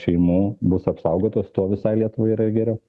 šeimų bus apsaugotos tuo visai lietuvai yra geriau